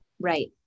Right